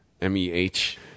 M-E-H